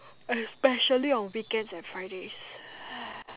especially on weekends and Friday